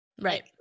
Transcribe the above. Right